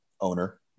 owner